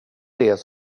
det